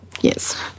yes